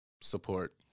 support